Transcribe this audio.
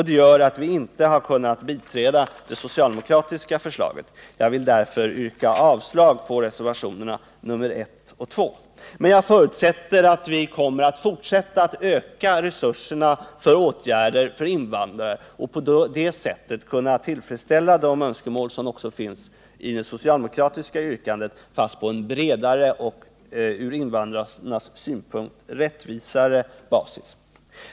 Det gör att vi inte har kunnat biträda det socialdemokratiska förslaget. Jag vill därför yrka avslag på reservationerna I och 2. Men jag förutsätter att vi kommer att fortsätta att öka resurserna för åtgärder för invandrarna och på det sättet kunna tillfredsställa de önskemål som finns i det socialdemokratiska yrkandet, fast på en bredare och från invandrarnas synpunkt rättvisare basis.